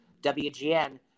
WGN